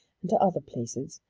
and to other places,